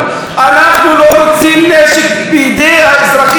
אנחנו לא רוצים נשק בידי האזרחים הערבים,